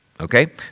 Okay